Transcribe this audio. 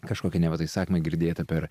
kažkokį neva tai sakmę girdėtą per